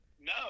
No